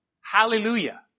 Hallelujah